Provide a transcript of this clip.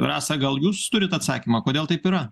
rasa gal jūs turit atsakymą kodėl taip yra